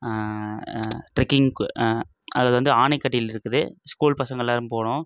trekking அது வந்து ஆணைக்கட்டியில் இருக்குது ஸ்கூல் பசங்கள் எல்லாரும் போனோம்